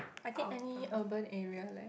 I think any urban area leh